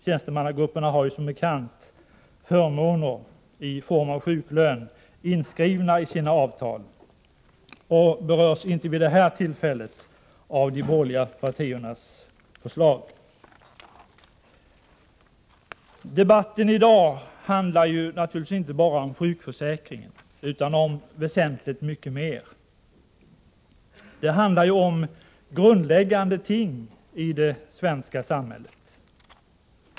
Tjänstemannagrupperna har som bekant förmåner i form av sjuklön inskrivna i sina avtal och berörs inte vid det här tillfället av de borgerliga partiernas förslag. Debatten i dag handlar naturligtvis inte bara om sjukförsäkringen utan om väsentligt mycket mer. Den handlar om grundläggande ting i det svenska samhället.